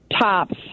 tops